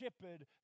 shepherd